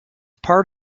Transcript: part